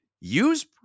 Use